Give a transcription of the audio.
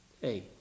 Hey